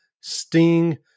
Sting